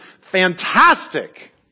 fantastic